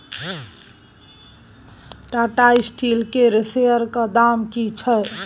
Tata steel केर शेयरक दाम की छै?